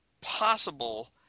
possible